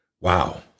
Wow